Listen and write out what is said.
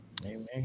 Amen